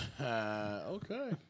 Okay